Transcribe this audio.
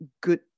good